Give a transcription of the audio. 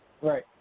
Right